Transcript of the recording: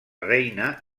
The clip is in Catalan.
reina